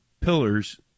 pillars